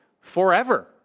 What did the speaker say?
forever